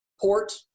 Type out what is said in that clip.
port